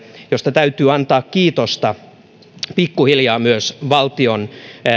josta täytyy antaa kiitosta pikkuhiljaa myös valtion